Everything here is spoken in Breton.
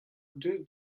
deuet